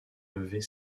lever